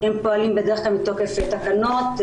הם פועלים בדרך כלל מתוקף תקנות.